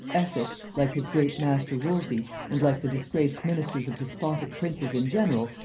essex, like his great master wolsey, and like the disgraced ministers of despotic princes in general,